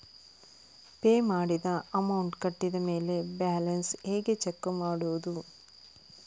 Pay ಮಾಡಿದ amount ಕಟ್ಟಿದ ಮೇಲೆ ಬ್ಯಾಲೆನ್ಸ್ ಹೇಗೆ ಚೆಕ್ ಮಾಡುವುದು?